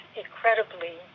incredibly